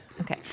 Okay